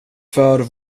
för